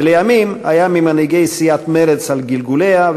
ולימים היה ממנהיגי סיעת מרצ על גלגוליה,